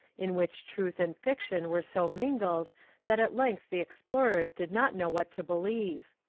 in which truth and fiction were so mingled that at length the explorers did not know what to believe.